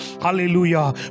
hallelujah